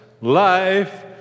life